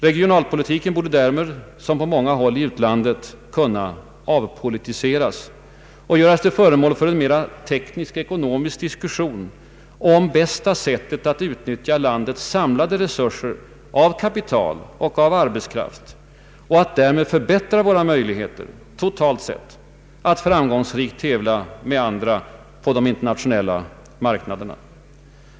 Regionalpolitiken borde därmed, som på många håll i utlandet, kunna avpolitiseras och göras till föremål för en mer teknisk-ekonomisk diskussion om bästa sättet att utnyttja landets samlade resurser av kapital och arbetskraft och därmed förbättra våra möjligheter, totalt sett, att framgångsrikt tävla ed andra på de internationella marknaderna.